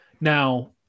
Now